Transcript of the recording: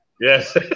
Yes